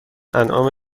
انعام